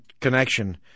connection